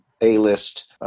A-list